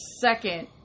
second